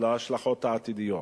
אז זאת להשלכות העתידיות.